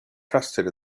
trusted